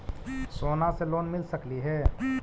सोना से लोन मिल सकली हे?